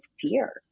fear